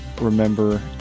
remember